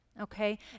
Okay